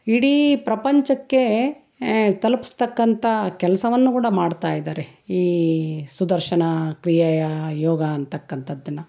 ಇಡೀ ಪ್ರಪಂಚಕ್ಕೆ ತಲುಪಿಸ್ತಕ್ಕಂಥ ಕೆಲಸವನ್ನು ಕೂಡ ಮಾಡ್ತಾ ಇದ್ದಾರೆ ಈ ಸುದರ್ಶನ ಕ್ರಿಯೆಯ ಯೋಗ ಅಂಥಕ್ಕಂತದ್ದನ್ನ